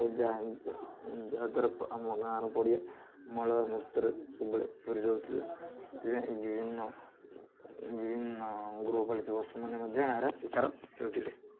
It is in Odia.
ଓ ଯାହା ଯାହାଦ୍ୱାରା ଆମ ଗାଁର ପଡ଼ିଆ ମଳ ମୂତୁରେ ସବୁବେଳେ ପୁରି ରହୁଥିଲା ସେଥିପାଇଁ ବିଭିନ୍ନ ବିଭିନ୍ନ ଗୃହପାଳିତ ପଶୁମାନେ ମଧ୍ୟ ଏହାର ଶିକାର ହେଉଥିଲେ